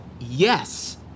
Yes